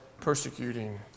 persecuting